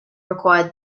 required